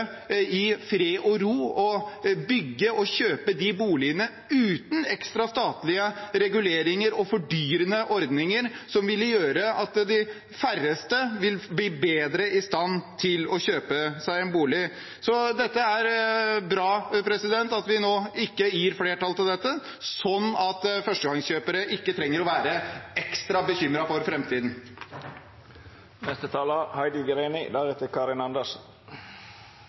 i fred og ro og bygge og kjøpe de boligene uten ekstra statlige reguleringer og fordyrende ordninger som ville gjøre at de færreste vil bli bedre i stand til å kjøpe seg en bolig. Så det er bra at det nå ikke blir flertall for dette, sånn at førstegangskjøpere ikke trenger å være ekstra bekymret for